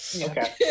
Okay